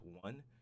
One